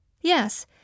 Yes